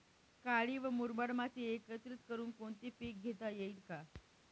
काळी व मुरमाड माती एकत्रित करुन कोणते पीक घेता येईल का?